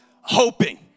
hoping